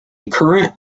current